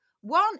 one